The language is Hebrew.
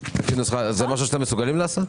זה משהו שאתם מסוגלים לעשות?